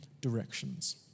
directions